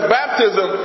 baptism